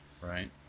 Right